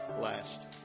last